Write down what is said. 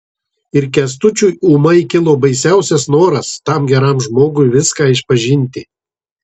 ir kęstučiui ūmai kilo baisiausias noras tam geram žmogui viską išpažinti